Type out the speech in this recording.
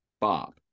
Bob